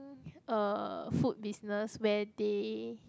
uh food business where they